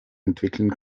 entwickeln